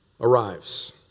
arrives